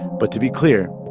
but to be clear,